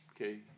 Okay